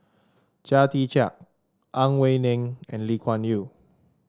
Chia Tee Chiak Ang Wei Neng and Lee Kuan Yew